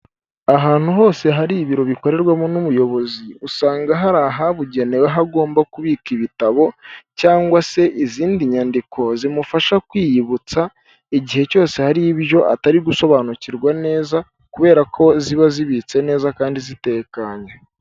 Ahantu hose hari ibiro bikorerwamo n'umuyobozi, usanga hari ahabugenewe ho agomba kubika ibitabo, cyangwa se izindi nyandiko zimufasha kwiyibutsa, igihe cyose hariho ibyo atari gusobanukirwa neza, kubera ko ziba zibitse neza kandi zitekanye.